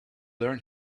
learned